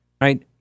right